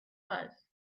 was